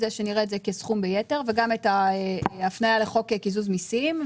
זה שנראה את זה כסכום ביתר וגם את ההפניה לחוק קיזוז מסים,